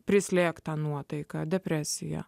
prislėgtą nuotaiką depresiją